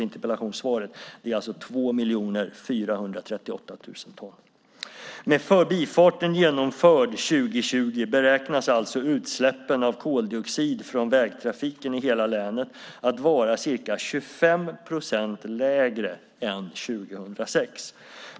Med förbifarten genomförd 2020 beräknas alltså utsläppen av koldioxid från vägtrafiken i hela länet att vara ca 25 procent lägre än 2006.